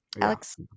Alex